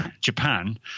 Japan